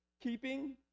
keeping